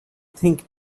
think